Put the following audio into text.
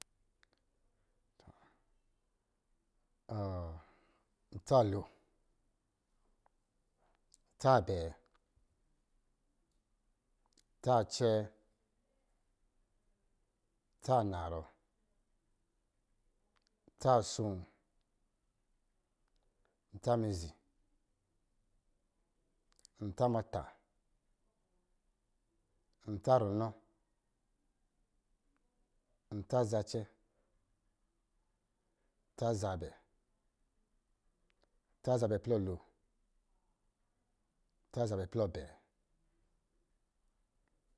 ntsa a lo, tsa abɛɛ, tsa acɛɛ, tsa a narɔ, tsa asoo, ntsa mizi, ntsa muta, ntsa runɔ, ntsa zacɛ, tsa zabɛ, tsa zabɛ plɔ lo, tsa zabɛ plɔ abɛɛ